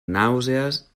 nàusees